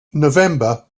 november